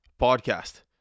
Podcast